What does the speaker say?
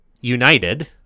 united